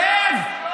שב.